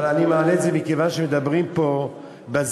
אבל אני מעלה את זה כיוון שמדברים פה באזיקונים,